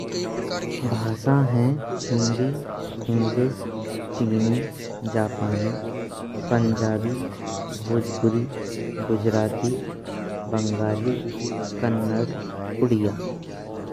भाषा हैं हिंदी, इंग्लिश, चीनी, जापानी, पंजाबी, भोजपुरी, गुजराती, बंगाली, कन्नड़, ओड़िया।